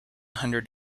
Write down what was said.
hundred